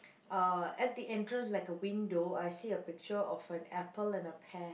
uh at the entrance like a window I see a picture of an apple and a pear